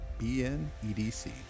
BNEDC